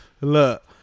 Look